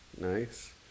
Nice